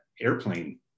airplane